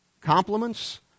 compliments